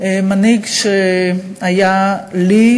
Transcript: מנהיג שהיה לי,